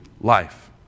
life